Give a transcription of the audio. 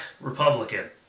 Republican